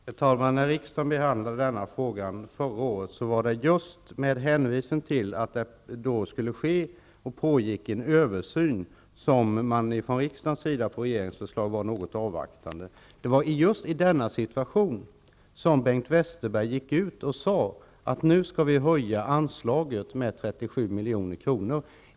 Herr talman! När riksdagen förra året behandlade denna fråga var det just med hänvisning till att det då skulle ske och pågick en översyn som man från riksdagens sida på regeringens förslag var något avvaktande. Det var just i denna situation som Bengt Westerberg gick ut och sade att anslaget skulle höjas med 37 milj.kr.